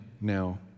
now